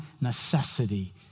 necessity